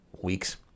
weeks